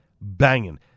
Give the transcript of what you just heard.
banging